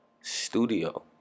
studio